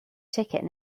ticket